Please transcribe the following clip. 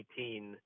2018